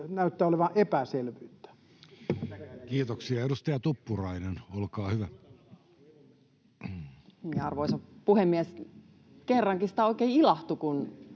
näyttää olevan epäselvyyttä? Kiitoksia. — Edustaja Tuppurainen, olkaa hyvä. Arvoisa puhemies! Kerrankin sitä oikein ilahtui, kun